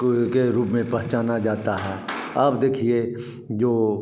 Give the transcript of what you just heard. कोयल के रूप में पहचाना जाता है और आप देखिए जो